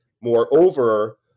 Moreover